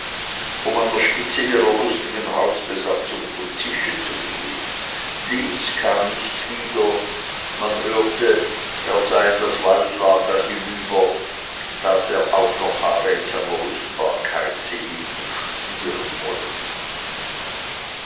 um an der spitze ihrer lustigen hausbesatzung zu tisch zu gehen lys kam nicht wieder man hörte er sei in das waldlager hinüber das er auch noch habe in seiner lustbarkeit sehen und studieren wollen